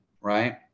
right